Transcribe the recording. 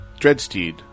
dreadsteed